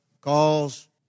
calls